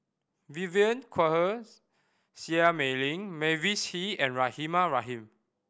Vivien Quahe Seah Mei Lin Mavis Hee and Rahimah Rahim